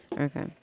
Okay